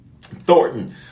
Thornton